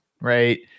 right